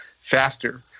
faster